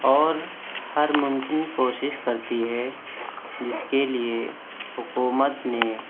اور ہر ممکن کوشش کرتی ہے جس کے لیے حکومت نے